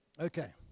Okay